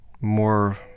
more